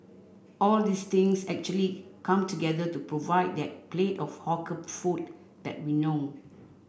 all these things actually come together to provide that plate of hawker food that we know